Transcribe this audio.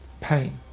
pain